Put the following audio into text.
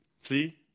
See